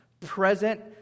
present